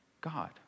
God